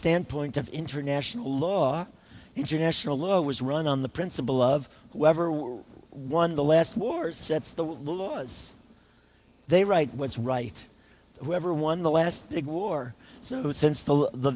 standpoint of international law international law was run on the principle of whatever we won the last war sets the laws they write what's right whatever one the last big war so since the